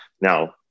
Now